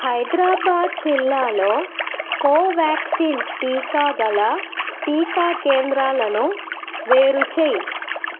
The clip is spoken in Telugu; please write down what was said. హైదరాబాద్ జిల్లాలో కోవ్యాక్సిన్ టీకా గల టీకా కేంద్రాలను వేరు చెయ్యి